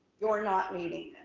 you're not meeting